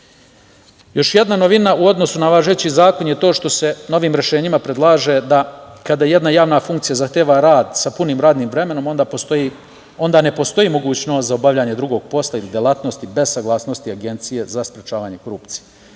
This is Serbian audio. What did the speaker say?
jedna novina u odnosu na važeći zakon je to što se novim rešenjima predlaže da kada jedna javna funkcija zahteva rad sa punim radnim vremenom onda ne postoji mogućnost za obavljanje drugog posla ili delatnosti bez saglasnosti Agencije za sprečavanje korupcije.